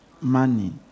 money